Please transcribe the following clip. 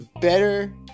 Better